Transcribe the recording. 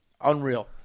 unreal